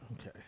Okay